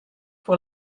pour